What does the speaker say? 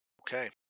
Okay